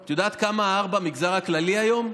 את יודעת כמה ה-R במגזר הכללי היום?